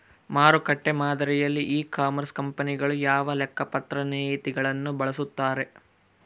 ಮಾರುಕಟ್ಟೆ ಮಾದರಿಯಲ್ಲಿ e commerce ಕಂಪನಿಗಳು ಯಾವ ಲೆಕ್ಕಪತ್ರ ನೇತಿಗಳನ್ನು ಬಳಸುತ್ತಾರೆ?